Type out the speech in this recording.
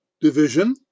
division